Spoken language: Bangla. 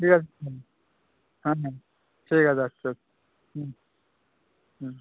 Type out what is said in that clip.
ঠিক আছে হুম হ্যাঁ হ্যাঁ ঠিক আছে রাখছি হুম হুম